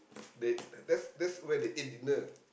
they that's that's where they ate dinner